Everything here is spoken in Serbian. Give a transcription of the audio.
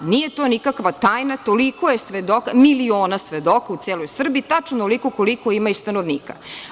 Nije to nikakva tajna, toliko je miliona svedoka u celoj Srbiji koliko ima i stanovnika.